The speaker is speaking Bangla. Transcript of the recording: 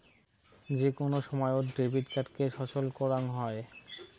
যে কোন সময়ত ডেবিট কার্ডকে সচল করাং হই